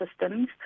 systems